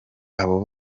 abo